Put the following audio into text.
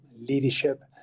leadership